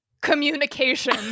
communication